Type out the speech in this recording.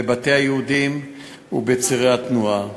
בבתי היהודים ובצירי התנועה.